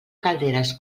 calderes